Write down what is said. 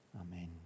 Amen